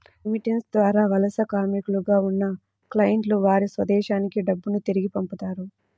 remittance ద్వారా వలస కార్మికులుగా ఉన్న క్లయింట్లు వారి స్వదేశానికి డబ్బును తిరిగి పంపుతారు